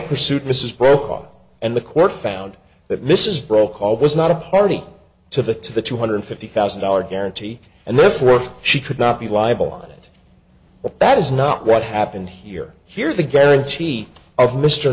pursued mrs brokaw and the court found that mrs brokaw was not a party to the to the two hundred fifty thousand dollars guarantee and therefore she could not be liable on it that is not what happened here here's the guarantee of mr